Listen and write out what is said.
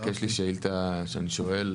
כי יש לי שאילתה שאני שואל.